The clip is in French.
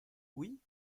oui